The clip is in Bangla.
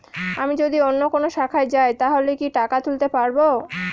আমি যদি অন্য কোনো শাখায় যাই তাহলে কি টাকা তুলতে পারব?